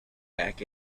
back